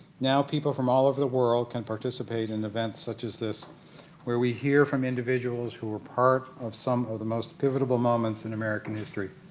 now people from all of the world can participate in events such as this where we hear from individuals who were part of some of the most pivotal moments in american history.